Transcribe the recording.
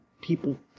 people